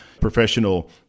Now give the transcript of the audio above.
professional